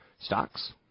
stocks